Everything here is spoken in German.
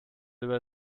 über